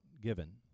given